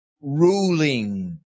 ruling